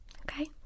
Okay